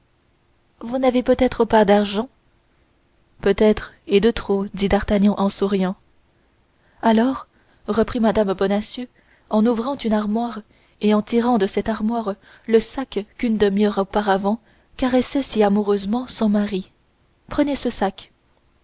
vous n'avez peut-être pas d'argent peut-être est de trop dit d'artagnan en souriant alors reprit mme bonacieux en ouvrant une armoire et en tirant de cette armoire le sac qu'une demi-heure auparavant caressait si amoureusement son mari prenez ce sac